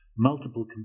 Multiple